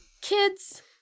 Kids